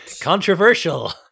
controversial